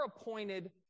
appointed